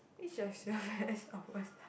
each